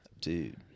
Dude